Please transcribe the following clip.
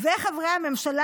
וחברי הממשלה,